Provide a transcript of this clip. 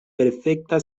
perfekta